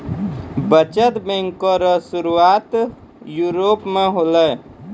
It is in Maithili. बचत बैंक रो सुरुआत यूरोप मे होलै